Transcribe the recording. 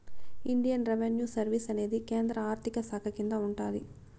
Indian revenue service అనేది కేంద్ర ఆర్థిక శాఖ కింద ఉంటాది